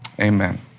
amen